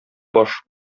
баш